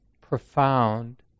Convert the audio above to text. profound